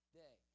day